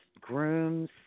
grooms